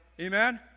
Amen